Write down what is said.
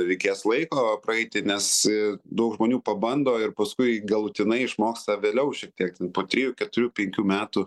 reikės laiko praeiti nes daug žmonių pabando ir paskui galutinai išmoksta vėliau šiek tiek po trijų keturių penkių metų